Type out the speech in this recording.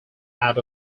out